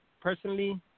personally